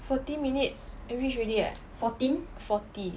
forty minutes I reach already eh forty